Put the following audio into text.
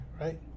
right